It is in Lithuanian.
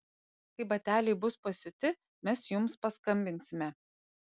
kai bateliai bus pasiūti mes jums paskambinsime